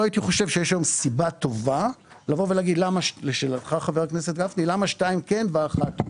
לא הייתי חושב שיש היום סיבה טובה לומר שתיים כן ואחת לא.